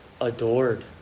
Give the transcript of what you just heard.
adored